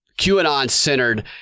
QAnon-centered